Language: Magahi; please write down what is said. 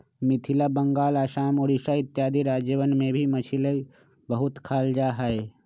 मिथिला बंगाल आसाम उड़ीसा इत्यादि राज्यवन में भी मछली बहुत खाल जाहई